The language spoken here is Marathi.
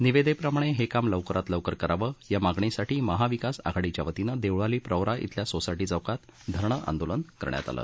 निविदेप्रमाणे हे काम लवकरात लवकर करावं या मागणीसाठी महाविकास आघाडीच्या वतीनं देवळाली प्रवरा इथल्या सोसायटी चौकात धरणं आंदोलन करण्यात आलं